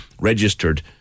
registered